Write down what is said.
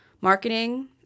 marketing